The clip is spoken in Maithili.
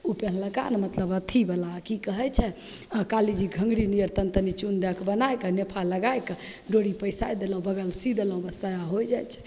ओ पिन्हलकै नहि मतलब अथीवला कि कहै छै कालीजीके घघरी निअर तनि तनि चुन दैके बनैके नेफा लगैके डोरी पैसे देलहुँ बगलमे सी देलहुँ बस साया हो जाइ छै